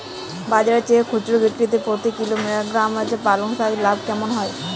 বাজারের চেয়ে খুচরো বিক্রিতে প্রতি কিলোগ্রাম পালং শাকে লাভ কেমন হয়?